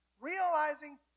Realizing